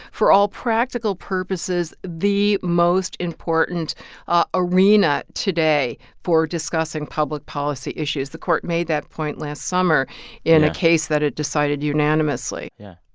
for all practical purposes, the most important ah arena today for discussing public policy issues. the court made that point last summer in a case that it decided unanimously yeah.